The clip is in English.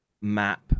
map